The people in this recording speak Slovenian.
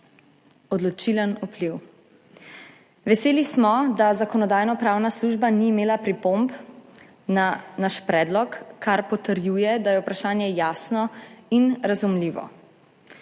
Odločilen vpliv. Veseli smo, da Zakonodajno-pravna služba ni imela pripomb na naš predlog, kar potrjuje, da je vprašanje jasno in razumljivo.